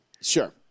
Sure